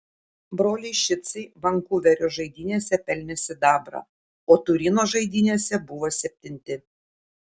broliai šicai vankuverio žaidynėse pelnė sidabrą o turino žaidynėse buvo septinti